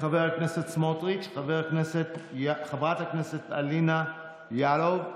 חבר הכנסת סמוטריץ'; חברת הכנסת אלינה יאלוב,